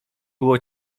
było